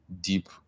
deep